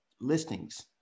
listings